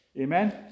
Amen